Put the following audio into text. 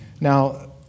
Now